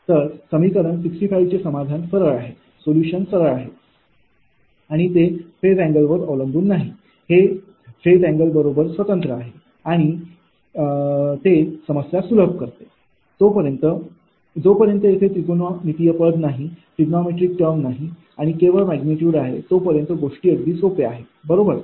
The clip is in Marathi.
तर समीकरण 65 चे समाधान सरळ आहे आणि ते फेज अँगलवर अवलंबून नाही हे समीकरण फेज अँगल बरोबर स्वतंत्र आहे आणि जे समस्या सुलभ करते जोपर्यंत येथे त्रिकोणमितीय पद नाही आणि केवळ मॅग्निट्यूड आहे तोपर्यंत गोष्टी अगदी सोप्या आहेत बरोबर